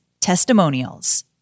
testimonials